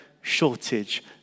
shortage